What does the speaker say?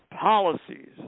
policies